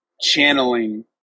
channeling